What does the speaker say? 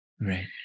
right